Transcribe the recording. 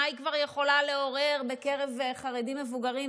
מה היא כבר יכולה לעורר בקרב חרדים מבוגרים?